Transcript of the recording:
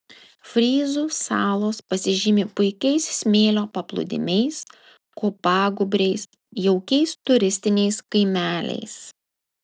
fryzų salos pasižymi puikiais smėlio paplūdimiais kopagūbriais jaukiais turistiniais kaimeliais